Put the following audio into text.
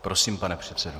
Prosím, pane předsedo.